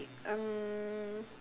um